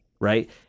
right